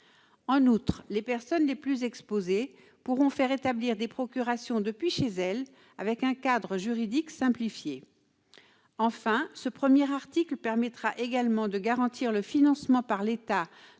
En outre, les personnes les plus exposées pourront faire établir des procurations depuis chez elles, dans un cadre juridique simplifié. Enfin, l'article 1 garantira le financement par l'État